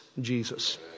Jesus